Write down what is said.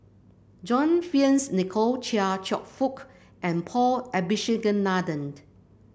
John Fearns Nicoll Chia Cheong Fook and Paul Abisheganaden